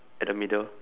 at the middle